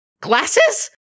Glasses